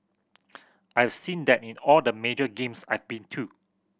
I've seen that in all the major games I've been too